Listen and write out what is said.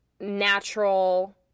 natural